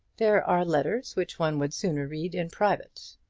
there are letters which one would sooner read in private.